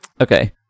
Okay